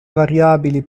variabili